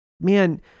man